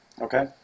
Okay